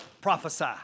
prophesy